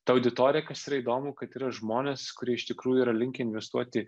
ta auditorija kas yra įdomu kad yra žmonės kurie iš tikrųjų yra linkę investuoti